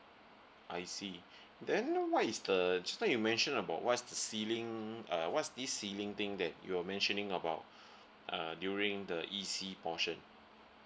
I see then what is the just now you mentioned about what's ceiling uh what's this ceiling thing that you were mentioning about err during the E_C portion